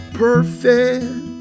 perfect